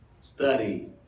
study